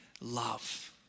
love